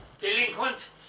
delinquent